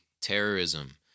terrorism